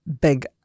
big